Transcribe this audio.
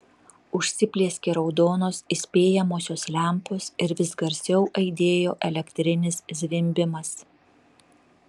užsiplieskė raudonos įspėjamosios lempos ir vis garsiau aidėjo elektrinis zvimbimas